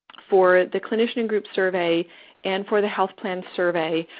for the clinician and group survey and for the health plan survey,